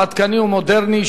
עדכני ומודרני,